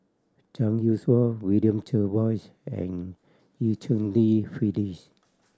Zhang Youshuo William Jervois and Eu Cheng Li Phyllis